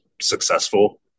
successful